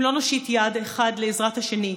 אם לא נושיט יד אחד לעזרת השני,